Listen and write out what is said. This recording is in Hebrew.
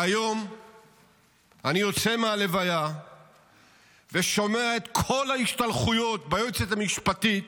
והיום אני יוצא מהלוויה ושומע את כל ההשתלחויות ביועצת המשפטית,